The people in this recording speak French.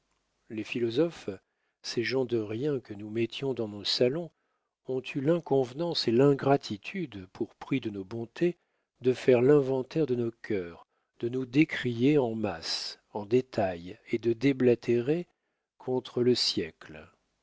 les philosophes ces gens de rien que nous mettions dans nos salons ont eu l'inconvenance et l'ingratitude pour prix de nos bontés de faire l'inventaire de nos cœurs de nous décrier en masse en détail et de déblatérer contre le siècle